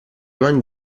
mani